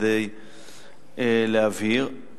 כדי להבהיר,